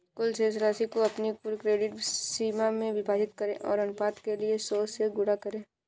कुल शेष राशि को अपनी कुल क्रेडिट सीमा से विभाजित करें और अनुपात के लिए सौ से गुणा करें